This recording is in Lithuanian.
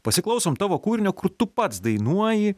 pasiklausom tavo kūrinio kur tu pats dainuoji